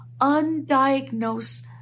undiagnosed